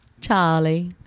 Charlie